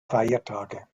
feiertage